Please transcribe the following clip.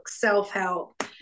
self-help